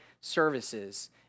services